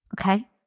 okay